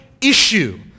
issue